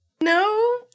No